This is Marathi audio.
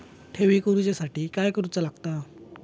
ठेवी करूच्या साठी काय करूचा लागता?